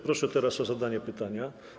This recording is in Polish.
Proszę teraz o zadanie pytania.